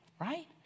right